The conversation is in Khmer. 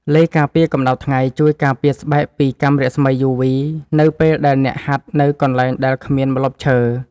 ឡេការពារកម្ដៅថ្ងៃ ជួយការពារស្បែកពីកាំរស្មីយូវី នៅពេលដែលអ្នកហាត់នៅកន្លែងដែលគ្មានម្លប់ឈើ។